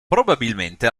probabilmente